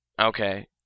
Okay